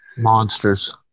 monsters